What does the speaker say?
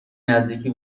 نزدیکی